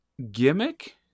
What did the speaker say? Gimmick